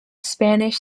spanish